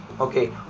okay